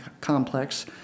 complex